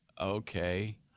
Okay